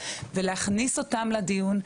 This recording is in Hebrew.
ולהכניס אותם לדיון,